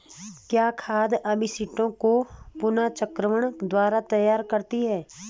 क्या खाद अपशिष्टों को पुनर्चक्रण द्वारा तैयार करते हैं?